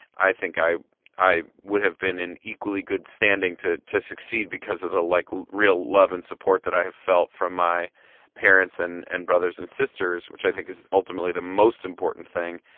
i think i i would have been in equally good standing to to succeed because of the, like, real love and support that i have felt from my parents and and brothers and sisters, which i think is ultimately the most important thing.